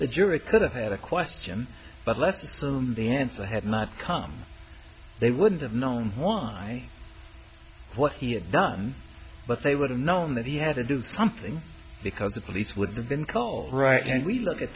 the jury could have had a question but let's assume the answer had not come they wouldn't have known why what he had done but they would have known that he had to do something because the police would have been called right and we look at